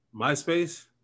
myspace